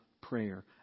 prayer